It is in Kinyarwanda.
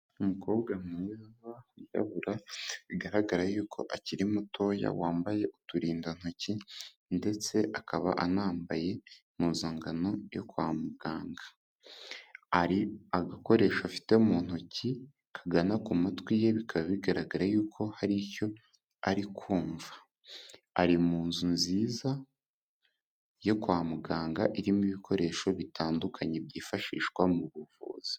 Umukobwa mwiza wirabura bigaragara yuko akiri mutoya, wambaye uturindantoki ndetse akaba anambaye impuzankano yo kwa muganga. Hari agakoresho afite mu ntoki kagana ku matwi ye, bikaba bigaragara yuko hari icyo ari kumva. Ari mu nzu nziza yo kwa muganga irimo ibikoresho bitandukanye, byifashishwa mu buvuzi.